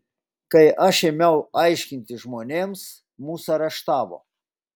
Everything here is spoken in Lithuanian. kai aš ėmiau aiškinti žmonėms mus areštavo